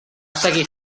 seguir